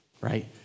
Right